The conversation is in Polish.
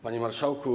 Panie Marszałku!